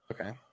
Okay